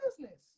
business